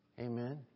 Amen